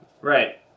Right